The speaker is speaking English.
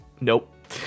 Nope